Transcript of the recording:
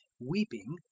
weeping,